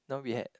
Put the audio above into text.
no we had